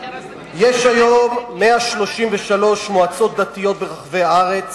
יש היום 133 מועצות דתיות ברחבי הארץ,